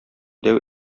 дәү